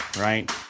right